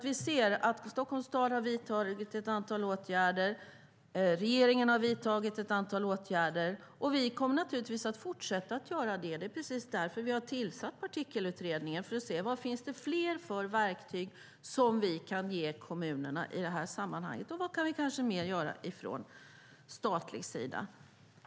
Vi ser att Stockholms stad har vidtagit ett antal åtgärder och att regeringen har vidtagit ett antal åtgärder. Vi kommer naturligtvis att fortsätta göra det; det är precis därför vi har tillsatt Partikelutredningen. Det handlar om att se vilka andra verktyg vi kan ge kommunerna i sammanhanget och vad mer vi kanske kan göra från statlig sida.